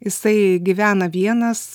jisai gyvena vienas